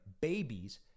babies